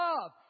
love